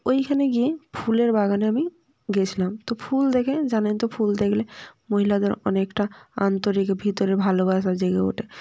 তো ওইখানে গিয়ে ফুলের বাগানে আমি গেছিলাম তো ফুল দেখে জানোই তো ফুল দেখলে মহিলাদের অনেকটা আন্তরিক ভিতরে ভালোবাসা জেগে ওঠে